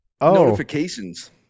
notifications